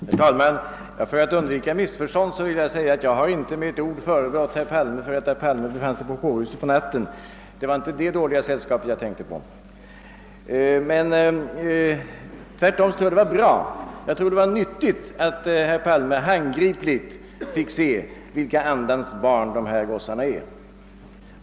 Herr talman! För att undvika missförstånd vill jag säga att jag inte med ett enda ord har förebrått herr Palme för att han befann sig på kårhuset den natten; det var inte det dåliga sällskapet jag tänkte på. Tvärtom tror jag det var bra att han var där. Jag anser att det var nyttigt att herr Palme helt realistiskt fick erfara vilken andas barn de här gossarna är.